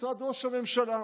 משרד ראש הממשלה,